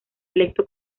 electo